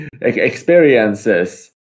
experiences